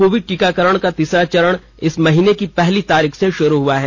Covid टीकाकरण का तीसरा चरण इस महीने की पहली तारीख से शुरू हुआ है